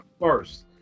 first